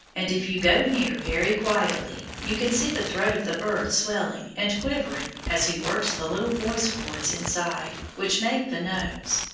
and if you go near very quietly, you can see the throat of the bird swelling and quivering as he works the little voice-chords inside, which make the notes.